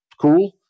cool